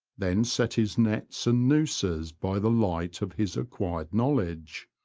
then set his nets and noozes by the light of his acquired knowledge.